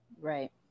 right